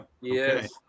Yes